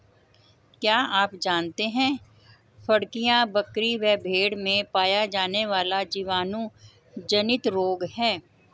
क्या आप जानते है फड़कियां, बकरी व भेड़ में पाया जाने वाला जीवाणु जनित रोग है?